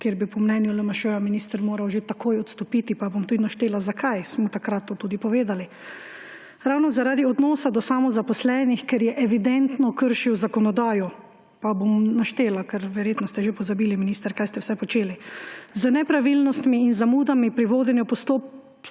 kjer bi po mnenju LMŠ minister moral že takoj odstopiti, pa bom tudi naštela, zakaj ‒ smo takrat to tudi povedali: ravno zaradi odnosa do samozaposlenih, ker je evidentno kršil zakonodajo. Pa bom naštela, ker verjetno ste že pozabili, minister, kaj ste vse počeli. Z nepravilnostmi in zamudami pri vodenju postopkov